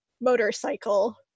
motorcycle